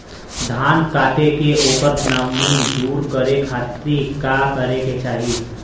धान कांटेके ओकर नमी दूर करे खाती का करे के चाही?